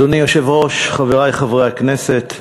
אדוני היושב-ראש, חברי חברי הכנסת,